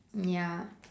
ya